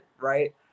right